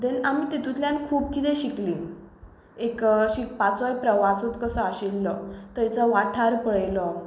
देन आमी तितुतल्यान खूब कितें शिकली एक शिकपाचो प्रवासूच कसो आशिल्लो थंयचो वाठार पळयल्लो